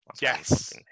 yes